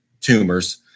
tumors